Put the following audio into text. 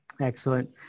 Excellent